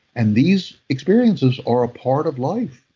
and these experiences are a part of life,